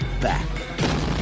back